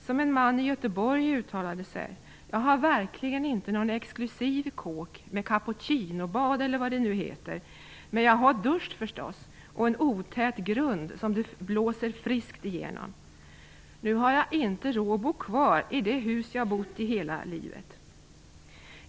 Så här uttalade sig en man i Göteborg: Jag har verkligen inte någon exklusiv kåk med cappuccinobad eller vad det nu heter. Men jag har dusch förstås, och en otät grund som det blåser friskt igenom. Nu har jag inte råd att bo kvar i det hus jag bott i hela livet.